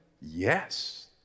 Yes